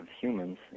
humans